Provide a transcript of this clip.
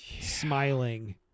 smiling